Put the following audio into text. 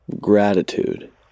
gratitude